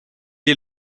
est